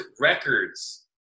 Records